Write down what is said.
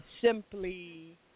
simply